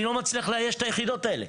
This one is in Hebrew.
אני לא מצליח לאייש את היחידות האלה,